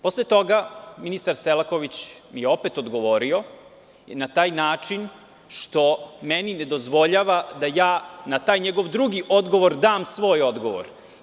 Posle toga ministar Selaković mi je opet odgovorio i na taj način što meni ne dozvoljava da ja na taj njegov drugi odgovor dam svoj odgovor.